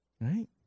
Right